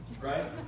right